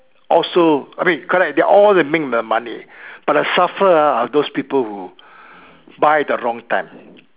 also I mean correct they're all make the money but the suffer ah are those people who buy the wrong time